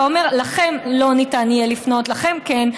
אתה אומר: לכם לא תהיה אפשרות לפנות, לכם, כן.